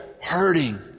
hurting